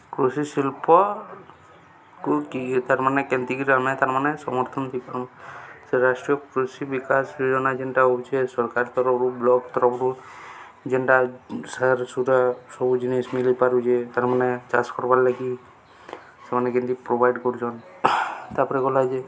କୃଷି ଶିଳ୍ପକୁ କି ତାର୍ ମାନେ କେନ୍ତିକିରି ଆମେ ତାର୍ ମାନେ ସମର୍ଥନ୍ ଦେଇଥାଉ ସେ ରାଷ୍ଟ୍ରୀୟ କୃଷି ବିକାଶ ଯୋଜନା ଯେନ୍ଟା ଅଉଚେ ସର୍କାର୍ ତରଫ୍ରୁ ବ୍ଲକ୍ ତରଫ୍ରୁ ଯେନ୍ଟା ସାର୍ ସୁରା ସବୁ ଜିନିଷ୍ ମିଲିପାରୁଛେ ତାର୍ମାନେ ଚାଷ୍ କର୍ବାର୍ ଲାଗି ସେମାନେ କେନ୍ତି ପ୍ରୋଭାଇଡ଼୍ କରୁଚନ୍ ତାପରେ ଗଲା ଯେ